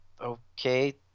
Okay